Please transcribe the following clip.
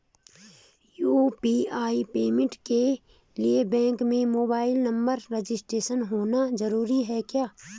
UPI payment के लिए bank में मोबाइल नंबर रजिस्टर्ड होना जरूरी है क्या?